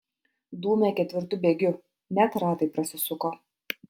dūmė ketvirtu bėgiu net ratai prasisuko